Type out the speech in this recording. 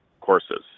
courses